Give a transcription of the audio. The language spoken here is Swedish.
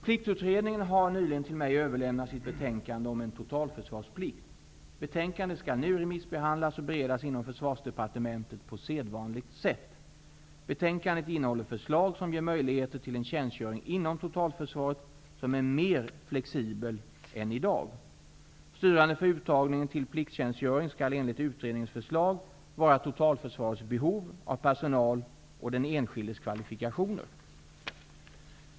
Pliktutredningen har nyligen till mig överlämnat sitt betänkande om en totalförsvarsplikt. Betänkandet skall nu remissbehandlas och beredas inom Försvarsdepartementet på sedvanligt sätt. Betänkandet innehåller förslag som ger möjligheter till en tjänstgöring inom totalförsvaret som är mer flexibel än i dag. Styrande för uttagningen till plikttjänstgöring skall enligt utredningens förslag vara totalförsvarets behov av personal och den enskildes kvalifikationer.